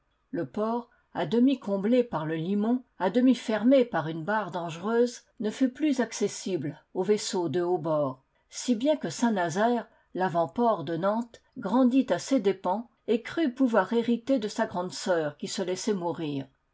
le port à demi comblé par le limon à demi fermé par une barre dangereuse ne fut plus accessible aux vaisseaux de haut bord si bien que saint-nazaire lavant port de nantes grandit à ses dépens et crut pouvoir hériter de sa grande sœur qui se laissait mourir